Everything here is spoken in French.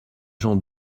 gens